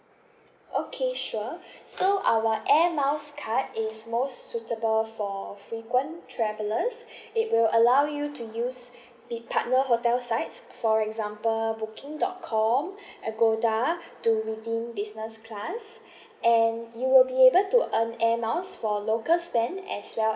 okay sure so our air miles card is most suitable for frequent travellers it will allow you to use the partner hotel sites for example booking dot com agoda to redeem business class and you will be able to earn air miles for local spend as well